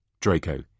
Draco